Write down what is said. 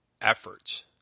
efforts